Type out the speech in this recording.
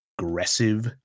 aggressive